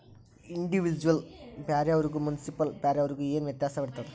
Individual ಬಾರೊವರ್ಗು municipal ಬಾರೊವರ್ಗ ಏನ್ ವ್ಯತ್ಯಾಸಿರ್ತದ?